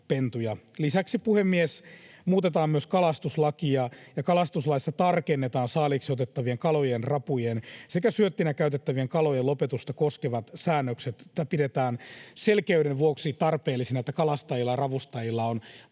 Lisäksi, puhemies, muutetaan myös kalastuslakia. Kalastuslaissa tarkennetaan saaliiksi otettavien kalojen, rapujen sekä syöttinä käytettävien kalojen lopetusta koskevat säännökset. Tätä pidetään selkeyden vuoksi tarpeellisena, että kalastajilla ja ravustajilla on